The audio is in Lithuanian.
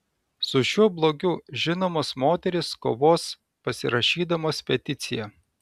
su šiuo blogiu žinomos moterys kovos pasirašydamos peticiją